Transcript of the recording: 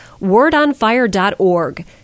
wordonfire.org